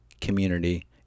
community